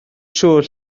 siŵr